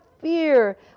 fear